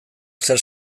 zer